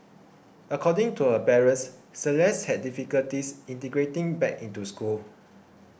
according to her parents Celeste had difficulties integrating back into school